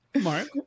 Mark